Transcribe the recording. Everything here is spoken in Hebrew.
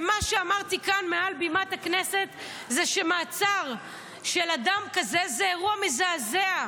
ומה שאמרתי כאן מעל בימת הכנסת זה שמעצר של אדם כזה זה אירוע מזעזע.